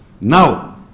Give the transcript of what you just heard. now